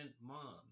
mom